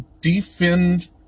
defend